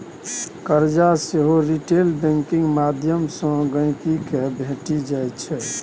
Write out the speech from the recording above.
करजा सेहो retail banking माध्यमसँ गांहिकी केँ भेटि जाइ छै